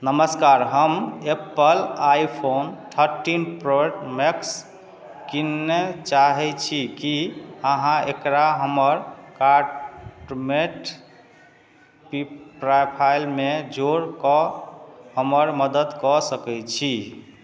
नमस्कार हम Apple iPhone thirteen Pro Max कीनय चाहैत छी की अहाँ एकरा हमर कार्टमे पिपराफ्राईमे जोड़ि कऽ हमर मदत कऽ सकैत छी